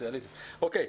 תודה רבה.